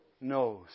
knows